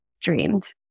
dreamed